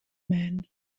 man